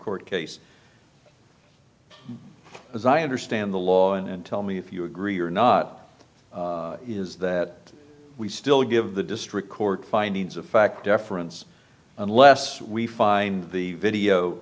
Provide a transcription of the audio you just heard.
court case as i understand the law and tell me if you agree or not is that we still give the district court findings of fact deference unless we find the video